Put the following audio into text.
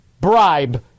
bribe